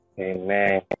Amen